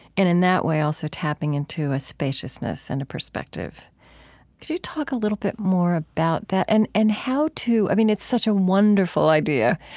and in that way, also tapping into a spaciousness and a perspective. could you talk a little bit more about that? and and how to i mean, it's such a wonderful idea.